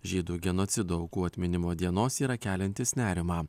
žydų genocido aukų atminimo dienos yra keliantis nerimą